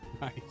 Nice